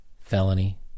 felony